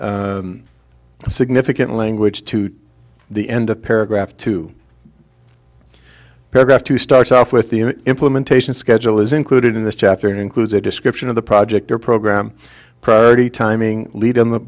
added significant language to the end of paragraph two paragraph two starts off with the implementation schedule is included in this chapter and includes a description of the project or program priority timing lead in the